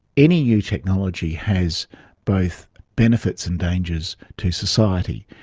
any new technology has both benefits and dangers to society.